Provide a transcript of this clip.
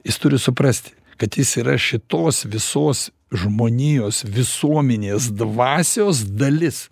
jis turi suprasti kad jis yra šitos visos žmonijos visuomenės dvasios dalis